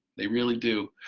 they really do,